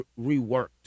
reworked